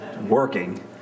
working